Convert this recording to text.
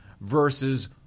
versus